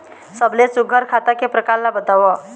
सबले सुघ्घर खाता के प्रकार ला बताव?